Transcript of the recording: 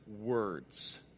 words